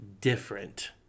different